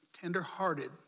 tenderhearted